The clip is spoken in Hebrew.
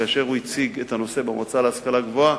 כאשר הוא הציג את הנושא במועצה להשכלה גבוהה,